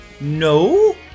no